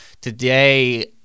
today